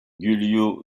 giulio